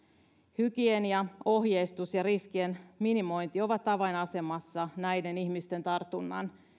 hygieniaohjeistus ja riskien minimointi ovat avainasemassa näiden ihmisten tartunnan